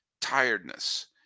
tiredness